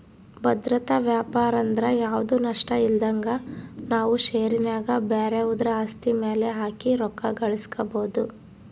ಭದ್ರತಾ ವ್ಯಾಪಾರಂದ್ರ ಯಾವ್ದು ನಷ್ಟಇಲ್ದಂಗ ನಾವು ಷೇರಿನ್ಯಾಗ ಬ್ಯಾರೆವುದ್ರ ಆಸ್ತಿ ಮ್ಯೆಲೆ ಹಾಕಿ ರೊಕ್ಕ ಗಳಿಸ್ಕಬೊದು